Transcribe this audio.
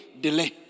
delay